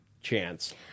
chance